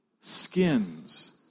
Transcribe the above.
skins